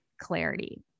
clarity